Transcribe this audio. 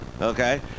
okay